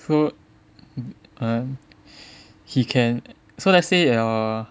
so err he can so let's say err